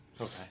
Okay